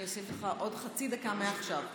אני אוסיף לך עוד חצי דקה, מעכשיו.